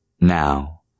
Now